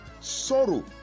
Sorrow